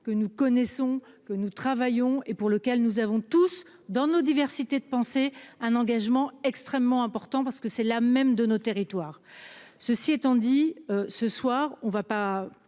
que nous connaissons que nous travaillons et pour lequel nous avons tous dans nos diversités de penser un engagement extrêmement important parce que c'est la même de nos territoires, ceci étant dit, ce soir, on ne va pas